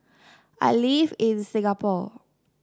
I live in Singapore